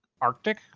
Arctic